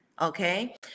Okay